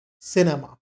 cinema